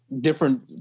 different